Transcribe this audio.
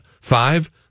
five